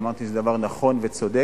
אמרתי שזה דבר נכון וצודק.